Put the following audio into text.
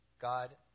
God